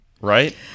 right